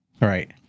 Right